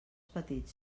petit